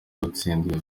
gutsinda